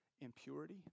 impurity